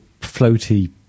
floaty